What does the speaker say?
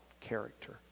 character